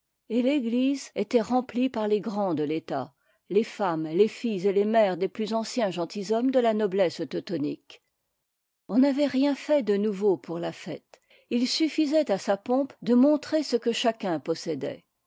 et l'église était remplie par les grands de l'état les femmes les filles et les mères des plus anciens gentilshommes de la noblesse teutonique on n'avait rien fait de nouveau pour la fête il suffisait à sa pompe de montrer ce que chacun